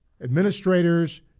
administrators